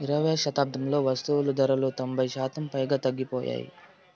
ఇరవైయవ శతాబ్దంలో వస్తువులు ధరలు తొంభై శాతం పైగా తగ్గిపోయాయి